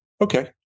Okay